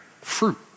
fruit